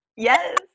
Yes